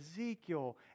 Ezekiel